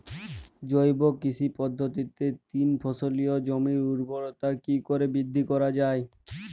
জৈব কৃষি পদ্ধতিতে তিন ফসলী জমির ঊর্বরতা কি করে বৃদ্ধি করা য়ায়?